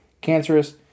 Cancerous